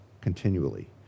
continually